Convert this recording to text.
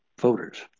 voters